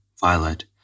Violet